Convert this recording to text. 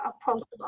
approachable